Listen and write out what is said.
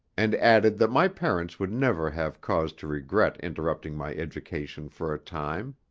and added that my parents would never have cause to regret interrupting my education for a time.